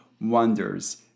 wonders